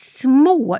små